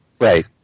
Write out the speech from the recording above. right